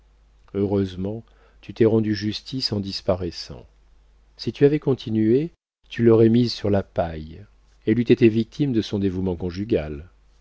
heureusement tu t'es rendu justice en disparaissant si tu avais continué tu l'aurais mise sur la paille elle eût été victime de son dévouement conjugal